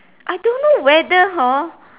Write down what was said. I don't know whether hor